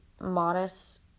modest